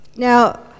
Now